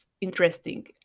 interesting